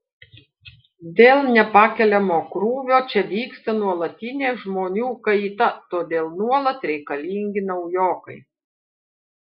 dėl nepakeliamo krūvio čia vyksta nuolatinė žmonių kaita todėl nuolat reikalingi naujokai